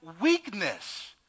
weakness